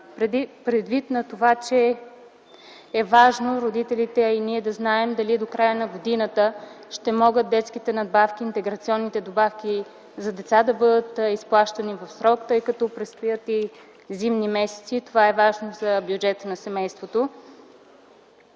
предвид на това че е важно родителите, а и ние да знаем дали до края на годината детските надбавки и интеграционните добавки за деца ще могат да бъдат изплащани в срок, тъй като предстоят зимни месеци, а това е важно за бюджета на семейството.